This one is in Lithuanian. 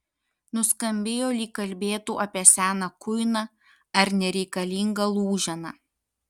nuskambėjo lyg kalbėtų apie seną kuiną ar nereikalingą lūženą